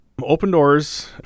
Opendoors